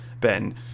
Ben